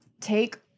take